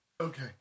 Okay